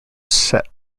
set